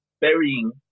burying